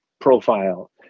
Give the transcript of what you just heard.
profile